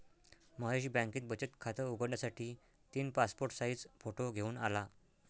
महेश बँकेत बचत खात उघडण्यासाठी तीन पासपोर्ट साइज फोटो घेऊन आला